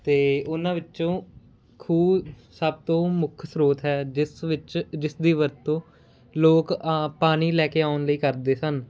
ਅਤੇ ਉਹਨਾਂ ਵਿੱਚੋਂ ਖੂਹ ਸਭ ਤੋਂ ਮੁੱਖ ਸਰੋਤ ਹੈ ਜਿਸ ਵਿੱਚ ਜਿਸ ਦੀ ਵਰਤੋਂ ਲੋਕ ਆਂ ਪਾਣੀ ਲੈ ਕੇ ਆਉਣ ਲਈ ਕਰਦੇ ਸਨ